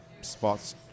spots